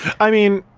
i mean,